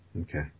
okay